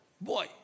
Boy